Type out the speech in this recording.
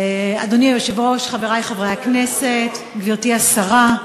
אדוני היושב-ראש, חברי חברי הכנסת, גברתי השרה,